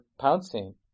pouncing